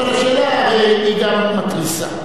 אבל השאלה הרי היא גם מתריסה.